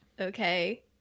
okay